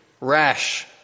rash